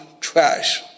trash